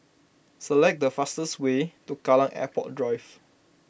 select the fastest way to Kallang Airport Drive